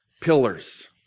Pillars